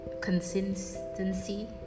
consistency